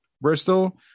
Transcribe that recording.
Bristol